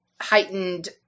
heightened